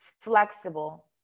flexible